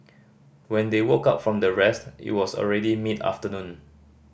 when they woke up from their rest it was already mid afternoon